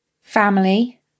family